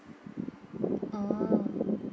mm